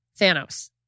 Thanos